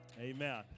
Amen